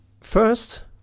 First